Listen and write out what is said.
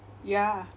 ya